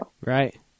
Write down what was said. Right